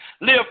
live